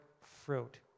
fruit